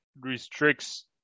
restricts